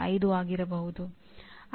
ಅದೇ ಅಂಶಗಳು ಪ್ರಭಾವ ಬೀರುತ್ತವೆ